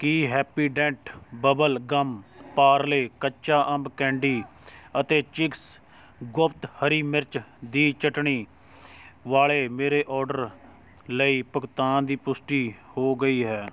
ਕੀ Happydent bubble gum Parle ਕੱਚਾ ਅੰਬ candy ਅਤੇ ਚਿਗਸ ਗੁਪਤ ਹਰੀ ਮਿਰਚ ਦੀ ਚਟਣੀ ਵਾਲੇ ਮੇਰੇ ਔਡਰ ਲਈ ਭੁਗਤਾਨ ਦੀ ਪੁਸ਼ਟੀ ਹੋ ਗਈ ਹੈ